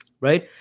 right